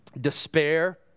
despair